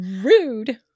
Rude